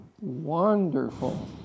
Wonderful